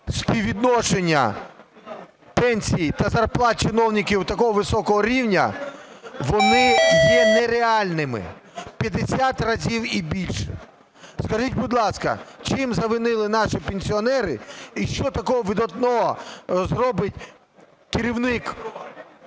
співвідношення пенсій та зарплат чиновників такого високого рівня вони є нереальними – в 50 разів і більше. Скажіть, будь ласка, чим завинили наші пенсіонери? І що такого видатного зробить керівник